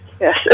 Yes